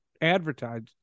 advertised